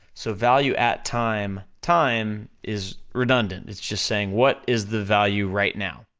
so value at time, time is redundant, it's just saying what is the value right now,